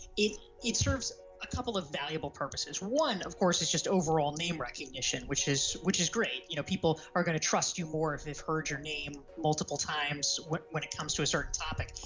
it it serves a couple of viable purposes. one of course is just overall name recognition which is, which is great you know people are going to trust you more if they've heard your name multiple times when when it comes to a certain topic.